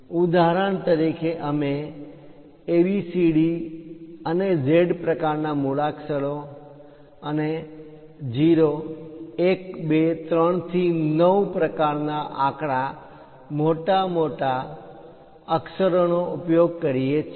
ઉદાહરણ તરીકે અમે એ બી સી ડી અને ઝેડ પ્રકારના મૂળાક્ષરો અને 0 1 2 3 થી 9 પ્રકારના આંકડા માટે મોટા અક્ષરોનો ઉપયોગ કરીએ છીએ